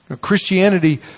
Christianity